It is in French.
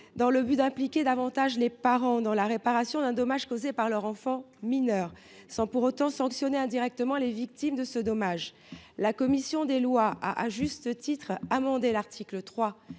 Afin d’impliquer davantage les parents dans la réparation d’un dommage causé par leur enfant mineur, et sans pour autant sanctionner indirectement les victimes de ce dommage, la commission des lois a amendé l’article 3